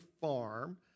farm